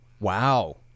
Wow